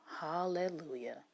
Hallelujah